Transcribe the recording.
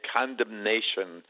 condemnation